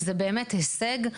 זה באמת הישג,